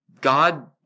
God